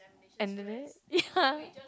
and the there ya